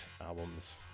albums